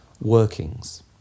workings